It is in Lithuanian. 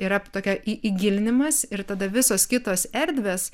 yra tokia į įgilinimas ir tada visos kitos erdvės